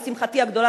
לשמחתי הרבה,